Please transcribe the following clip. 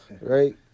right